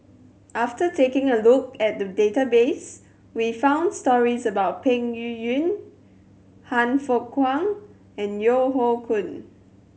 after taking a look at the database we found stories about Peng Yuyun Han Fook Kwang and Yeo Hoe Koon